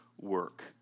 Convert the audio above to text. work